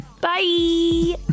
Bye